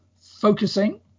focusing